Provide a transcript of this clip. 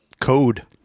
code